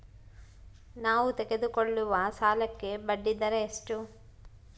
ನಾವು ತೆಗೆದುಕೊಳ್ಳುವ ಸಾಲಕ್ಕೆ ಬಡ್ಡಿದರ ಎಷ್ಟು?